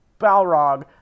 Balrog